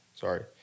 sorry